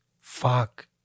fuck